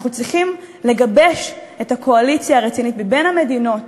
אנחנו צריכים לגבש את הקואליציה הרצינית עם המדינות